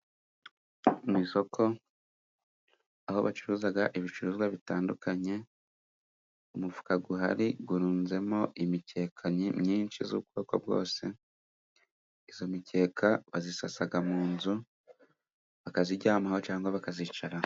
Mu isoko aho bacuruza ibicuruzwa bitandukanye. Umufuka uhari urunzemo imikeka myinshi y'ubwoko bwose. Iyo mikeka bayisasa mu nzu bakayiryamaho cyangwa bakayicaraho.